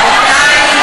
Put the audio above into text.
רבותי,